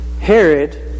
Herod